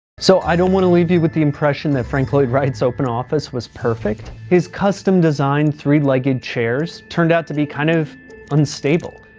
so i don't wanna leave you with the impression that frank lloyd wright's open office was perfect. his custom-designed three legged chairs turned out to be kind of unstable,